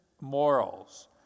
morals